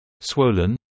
swollen